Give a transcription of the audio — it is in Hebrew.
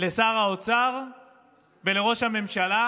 לשר האוצר ולראש הממשלה,